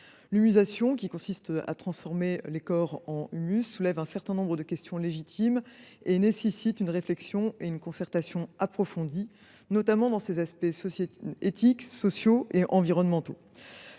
L’humusation, qui consiste à transformer les corps en humus, soulève un certain nombre de questions légitimes et nécessite une réflexion et une concertation approfondies, notamment dans ses aspects éthiques, sociétaux et environnementaux.